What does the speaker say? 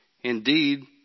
Indeed